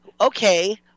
okay